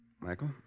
Michael